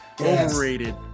Overrated